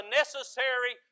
necessary